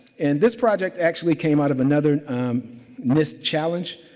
and this project actually came out of another nist challenge.